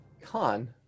Con